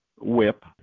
Whip